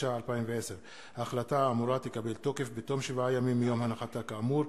התש"ע 2010. ההחלטה האמורה תקבל תוקף בתום שבעה ימים מיום הנחתה כאמור,